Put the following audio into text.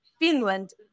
Finland